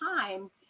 time